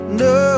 no